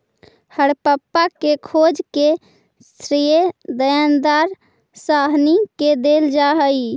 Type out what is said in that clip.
हड़प्पा के खोज के श्रेय दयानन्द साहनी के देल जा हई